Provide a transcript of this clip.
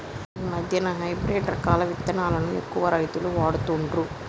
ఈ మధ్యన హైబ్రిడ్ రకాల విత్తనాలను ఎక్కువ రైతులు వాడుతుండ్లు